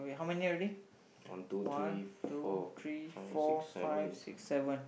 one two three four five six seven